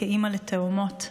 כאימא לתאומות.